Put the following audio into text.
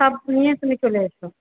সব নিয়ে তুমি চলে এসো